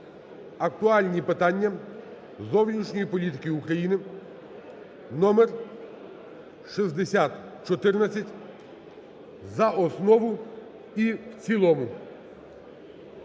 "Актуальні питання зовнішньої політики України" (номер 6014) за основу і в цілому.